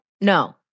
No